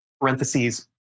parentheses